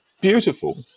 beautiful